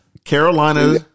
Carolina